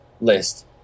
list